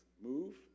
move